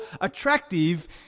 attractive